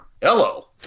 Hello